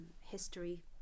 history